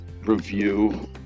review